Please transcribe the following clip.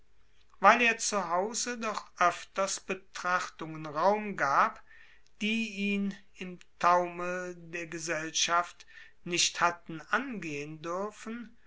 weil er zu hause doch öfters betrachtungen raum gab die ihn im taumel der gesellschaft nicht hatten angehen dürfen